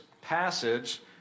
passage